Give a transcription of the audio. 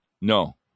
No